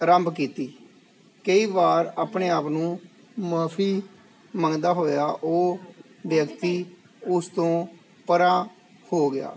ਆਰੰਭ ਕੀਤੀ ਕਈ ਵਾਰ ਆਪਣੇ ਆਪ ਨੂੰ ਮੁਆਫ਼ੀ ਮੰਗਦਾ ਹੋਇਆ ਉਹ ਵਿਅਕਤੀ ਉਸ ਤੋਂ ਪਰਾ ਹੋ ਗਿਆ